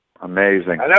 Amazing